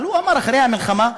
הוא אמר אחרי המלחמה: